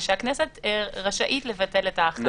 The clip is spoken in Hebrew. ושהכנסת רשאית לבטל את ההכרזה.